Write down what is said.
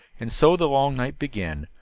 and so the long night began.